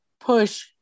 push